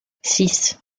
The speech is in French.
six